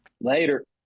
Later